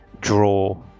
draw